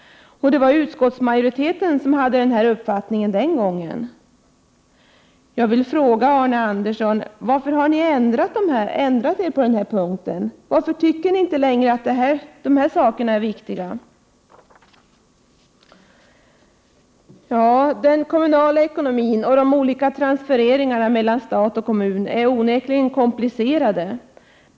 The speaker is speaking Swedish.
Det var utskottsmajoriteten som hade denna uppfattning den gången. Jag vill fråga Arne Andersson i Gamleby: Varför har ni ändrat er på den här punkten? Varför tycker ni inte längre att dessa saker är viktiga? Den kommunala ekonomin och de olika transfereringarna mellan stat och kommun är onekligen komplicerade.